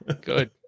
Good